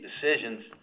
decisions